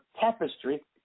tapestry